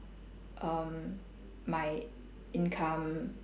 um my income